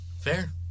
Fair